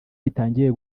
bitangiye